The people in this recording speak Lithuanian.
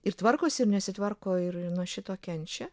ir tvarkosi ir nesitvarko ir nuo šito kenčia